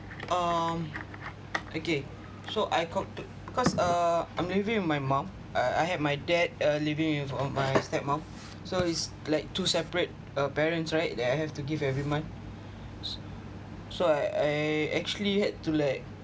um okay so I come to because uh I'm living with my mum I have my dad uh living with uh my step mum so it's like two separate uh parents right that I have to give every month so I actually had to like